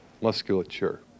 musculature